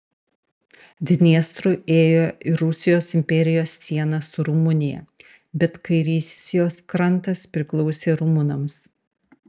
dniestru ėjo ir rusijos imperijos siena su rumunija bet kairysis jos krantas priklausė rumunams